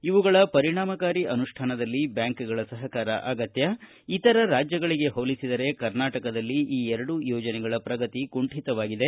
ಇವುಗಳ ಪರಿಣಾಮಕಾರಿ ಅನುಷ್ಠಾನದಲ್ಲಿ ಬ್ಯಾಂಕ್ಗಳ ಸಹಕಾರ ಅಗತ್ಯ ಇತರ ರಾಜ್ಯಗಳಿಗೆ ಹೋಲಿಸಿದರೆ ಕರ್ನಾಟಕದಲ್ಲಿ ಈ ಎರಡೂ ಯೋಜನೆಗಳ ಪ್ರಗತಿ ಕುಂಠಿತವಾಗಿದೆ